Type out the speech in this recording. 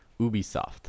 Ubisoft